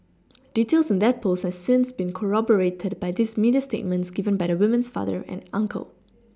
details in that post has since been corroborated by these media statements given by the woman's father and uncle